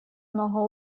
много